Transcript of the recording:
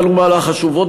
אבל הוא מהלך חשוב מאוד.